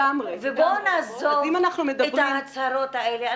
ובואו נעזוב את ההצהרות האלה.